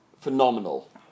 phenomenal